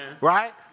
Right